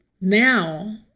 now